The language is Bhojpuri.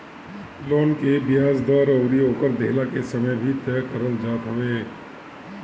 लोन के बियाज दर अउरी ओकर देहला के समय के भी तय करल जात हवे